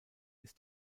ist